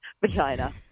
vagina